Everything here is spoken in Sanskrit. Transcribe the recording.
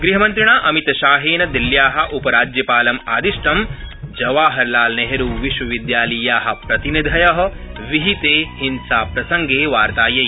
ग़हमन्त्रिणा अमितशाहेन दिल्ल्या उपराज्यपालम् आदिष्ट ं जवाहरलालनेहरूविश्वविद्यालयीय प्रतिनिधय विहिते हिंसाप्रसंगे वार्तायै